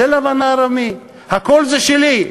זה לבן הארמי, הכול זה שלי.